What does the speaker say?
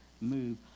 move